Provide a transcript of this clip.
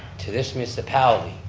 to this municipality,